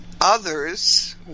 others